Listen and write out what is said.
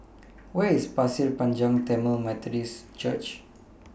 Where IS Pasir Panjang Tamil Methodist Church